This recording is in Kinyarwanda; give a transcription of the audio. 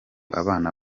abana